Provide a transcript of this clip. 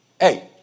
hey